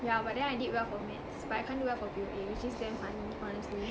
yeah but then I did well for maths but I can't do well for P_O_A which is damn funny honestly